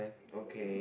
okay